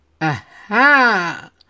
Aha